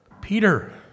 Peter